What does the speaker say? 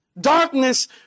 Darkness